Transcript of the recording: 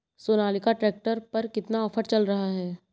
Sonalika tractor पर कितना offer चल रहा है?